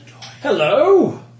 Hello